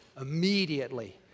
immediately